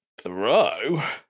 throw